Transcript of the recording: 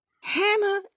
Hannah